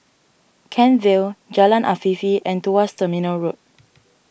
Kent Vale Jalan Afifi and Tuas Terminal Road